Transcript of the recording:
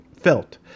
felt